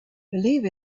believe